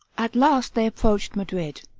at last they approached madrid.